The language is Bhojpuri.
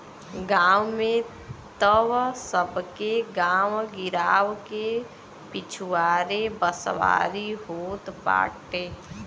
गांव में तअ सबके गांव गिरांव के पिछवारे बसवारी होत बाटे